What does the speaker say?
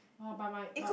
!whoa! but my but